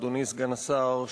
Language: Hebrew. אדוני סגן השר,